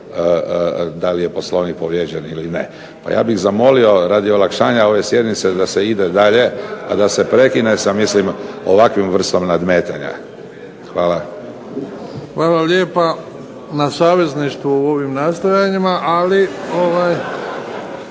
da li je POslovnik povrijeđen ili ne. Pa bih ja zamolio radi olakšanja ove sjednice da se ide dalje, a da se prekine sa ovakvom vrstom nadmetanja. Hvala. **Bebić, Luka (HDZ)** Hvala lijepa na savezništvu u ovim nastojanjima. Ali